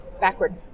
Backward